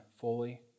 fully